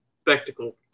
spectacle